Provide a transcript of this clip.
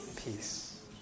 Peace